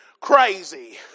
crazy